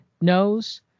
knows